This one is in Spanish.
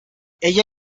ella